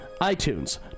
iTunes